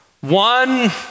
One